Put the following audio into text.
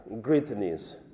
greatness